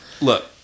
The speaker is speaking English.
Look